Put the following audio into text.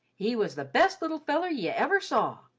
he was the best little feller ye ever saw.